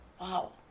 Wow